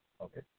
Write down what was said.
Okay